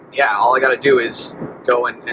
yeah, all i gotta do is go and,